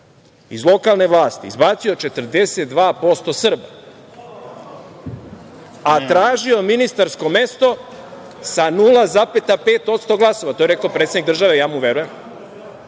iz lokalne vlasti koji je izbacio 42% Srba, a tražio ministarsko mesto sa 0,5% glasova. To je rekao predsednik države. Ja mu verujem.